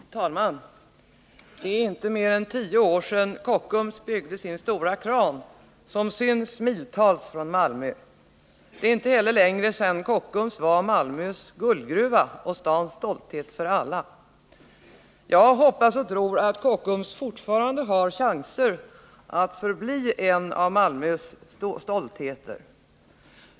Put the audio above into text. Herr talman! Det är inte mer än tio år sedan Kockums byggde sin stora kran som syns miltals från Malmö. Det är inte heller länge sedan Kockums var Malmös guldgruva och stadens stolthet för alla. Jag hoppas och tror att Kockums fortfarande har chanser att förbli en av Malmös stoltheter.